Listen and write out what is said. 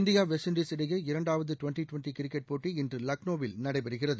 India west இண்டஸ்இடையே இரண்டாவது twenty twenty கிரிக்கெட்இன்று லக்னோவில் நடைபெறுகிறது